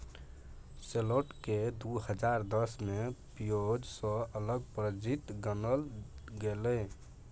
सैलोट केँ दु हजार दस मे पिओज सँ अलग प्रजाति गानल गेलै